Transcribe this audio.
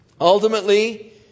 ultimately